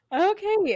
Okay